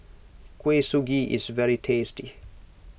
Kuih Suji is very tasty